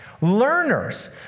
learners